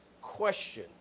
question